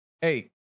Hey